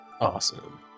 Awesome